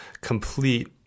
complete